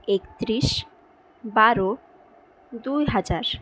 একত্রিশ বারো দুই হাজার